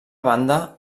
banda